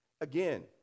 again